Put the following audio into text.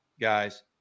guys